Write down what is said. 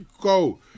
go